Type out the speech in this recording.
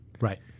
Right